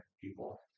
people